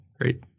Great